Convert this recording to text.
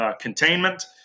containment